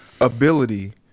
ability –